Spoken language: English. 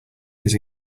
his